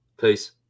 Peace